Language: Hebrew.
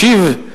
ישיב על